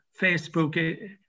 Facebook